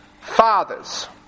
Fathers